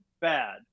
bad